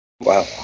Wow